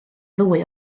ddwy